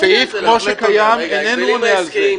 הסעיף, כמו שהוא קיים, איננו עונה על זה.